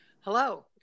hello